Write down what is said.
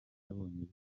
yabonye